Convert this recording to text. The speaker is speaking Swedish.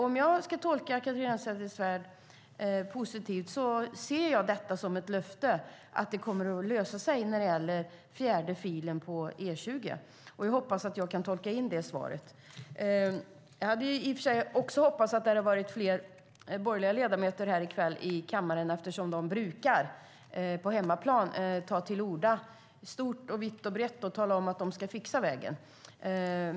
Ska jag tolka Catharina Elmsäter-Svärd positivt ser jag det som ett löfte om att det kommer att lösa sig vad gäller fjärde filen på E20. Jag hoppas att jag kan tolka svaret så. Jag hade hoppats på fler borgerliga ledamöter i kammaren i kväll eftersom de på hemmaplan brukar ta till orda stort, vitt och brett om hur de ska fixa vägen.